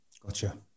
Gotcha